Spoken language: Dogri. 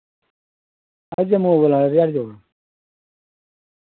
अस जम्मू दा बोल्ला ने रिहाड़ी चौक